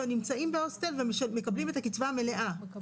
שנמצאים בהוסטל ומקבלים את הקצבה המלאה,